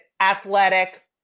athletic